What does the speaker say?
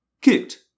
kicked